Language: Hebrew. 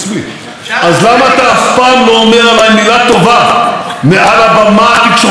אז למה אתה אף פעם לא אומר עליי מילה טובה מעל הבמה התקשורתית שלך?